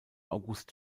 august